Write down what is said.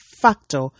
factor